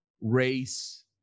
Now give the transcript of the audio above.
race